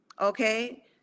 Okay